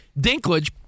Dinklage